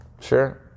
sure